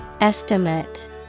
Estimate